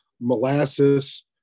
Molasses